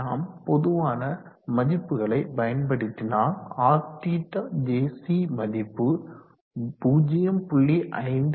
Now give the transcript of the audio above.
நாம் பொதுவான மதிப்புகளை பயன்படுத்தினால் Rθjc மதிப்பு 0